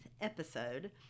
episode